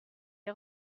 est